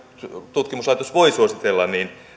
tutkimuslaitos voi suositella